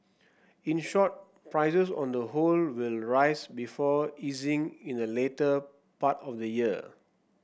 in short prices on the whole will rise before easing in the latter part of the year